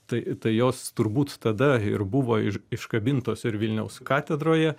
tai tai jos turbūt tada ir buvo iš iškabintos ir vilniaus katedroje